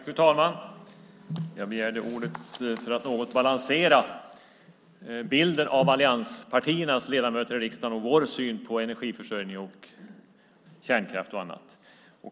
Fru talman! Jag begärde ordet för att något balansera bilden av allianspartiernas ledamöter i riksdagen och vår syn på energiförsörjning, kärnkraft och annat.